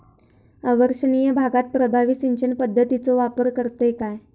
अवर्षणिय भागात प्रभावी सिंचन पद्धतीचो वापर करतत काय?